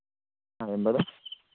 ആ എന്താണ്